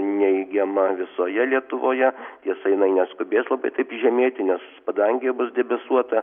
neigiama visoje lietuvoje tiesa jinai neskubės labai taip žemėti nes padangė bus debesuota